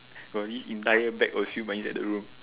got this entire bag of siew-mai inside the room